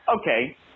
okay